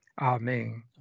amen